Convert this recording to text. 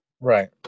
Right